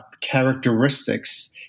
characteristics